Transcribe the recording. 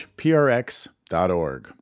prx.org